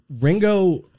Ringo